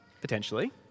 potentially